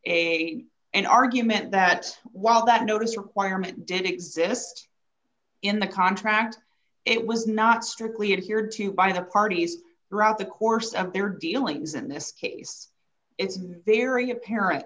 a an argument that while that notice requirement did exist in the contract it was not strictly adhered to by the parties throughout the course of their dealings in this case it's very appar